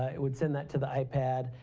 ah it would send that to the ipad,